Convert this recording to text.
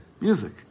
Music